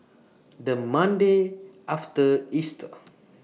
The Monday after Easter